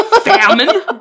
Famine